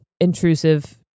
intrusive